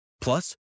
Plus